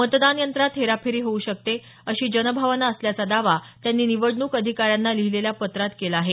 मतदान यंत्रात हेराफेरी होऊ शकते अशी जनभावना असल्याचा दावा त्यांनी निवडणूक अधिकाऱ्यांना लिहीलेल्या पत्रात केला आहे